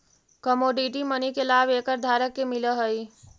commodity money के लाभ acre धारक के मिलऽ हई